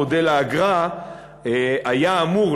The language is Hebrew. מודל האגרה היה אמור,